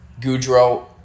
Goudreau